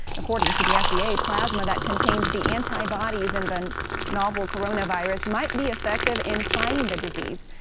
according to the f d a plasma that contains the antibodies in the novel coronavirus. might be effective in fighting the disease.